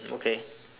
okay